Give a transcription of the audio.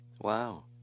Wow